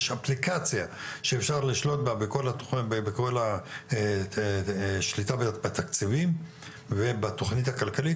יש אפליקציה שאפשר לשלוט בה בכל השליטה בתקציבים ובתכנית הכלכלית,